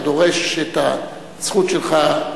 אתה דורש את הזכות שלך,